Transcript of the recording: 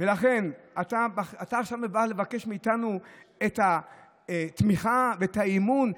אתה עכשיו בא לבקש מאיתנו את התמיכה ואת האמון.